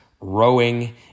rowing